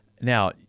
Now